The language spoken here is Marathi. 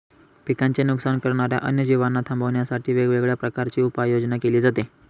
पिकांचे नुकसान करणाऱ्या अन्य जीवांना थांबवण्यासाठी वेगवेगळ्या प्रकारची उपाययोजना केली जाते